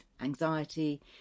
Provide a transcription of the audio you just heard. anxiety